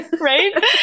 right